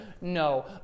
no